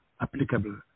applicable